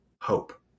hope